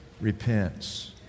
repents